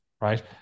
right